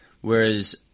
Whereas